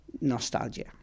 nostalgia